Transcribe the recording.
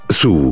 su